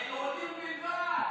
ליהודים בלבד.